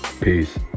Peace